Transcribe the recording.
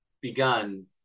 begun